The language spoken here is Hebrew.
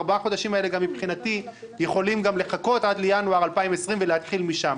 ארבעת החודשים האלה מבחינתי יכולים לחכות עד לינואר 2020 ולהתחיל משם.